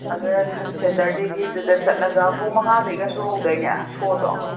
ꯑꯗꯨꯅ ꯁꯦꯇꯔꯗꯦꯒꯤꯗꯨꯗ ꯆꯠꯂꯒ ꯄꯨꯡ ꯃꯉꯥꯗꯩꯒꯁꯨ ꯍꯧꯗꯥꯏꯅꯦ ꯁꯣꯗꯣ